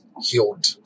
healed